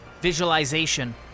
Visualization